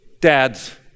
Dads